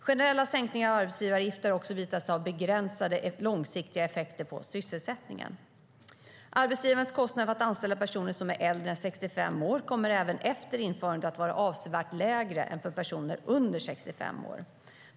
Generella sänkningar av arbetsgivaravgifter har också visat sig ha begränsade långsiktiga effekter på sysselsättningen. Arbetsgivarnas kostnader för att anställa personer som är äldre än 65 år kommer även efter införandet att vara avsevärt lägre än för personer under 65 år.